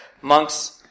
monks